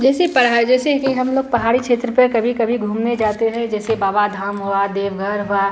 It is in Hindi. जैसे पढ़ाई जैसे कि हमलोग कि हमलोग पहाड़ी क्षेत्र पर कभी कभी घूमने जाते हैं जैसे बाबा धाम हुआ देवघर हुआ